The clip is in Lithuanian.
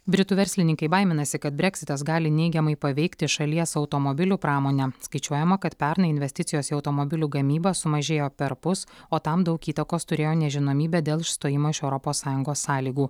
britų verslininkai baiminasi kad breksitas gali neigiamai paveikti šalies automobilių pramonę skaičiuojama kad pernai investicijos į automobilių gamybą sumažėjo perpus o tam daug įtakos turėjo nežinomybė dėl išstojimo iš europos sąjungos sąlygų